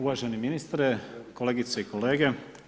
Uvaženi ministre kolegice i kolege.